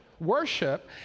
worship